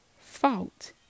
fault